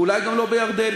ואולי גם לא בירדן,